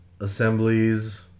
assemblies